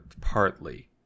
partly